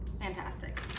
fantastic